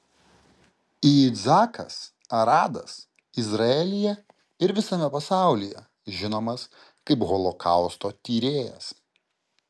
yitzhakas aradas izraelyje ir visame pasaulyje žinomas kaip holokausto tyrėjas